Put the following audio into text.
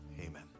Amen